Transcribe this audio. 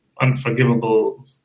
unforgivable